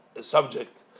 subject